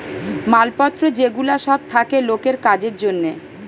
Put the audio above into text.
মাল পত্র যে গুলা সব থাকে লোকের কাজের জন্যে